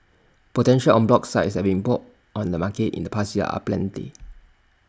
potential en bloc sites that have been put on the market in the past year are aplenty